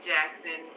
Jackson